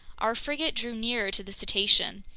our frigate drew nearer to the cetacean.